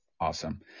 Awesome